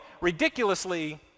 ridiculously